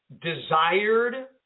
desired